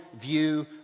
view